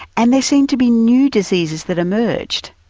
and there seemed to be new diseases that emerged.